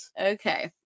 Okay